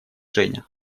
женя